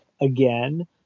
again